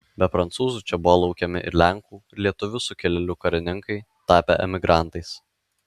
be prancūzų čia buvo laukiami ir lenkų ir lietuvių sukilėlių karininkai tapę emigrantais